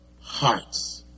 hearts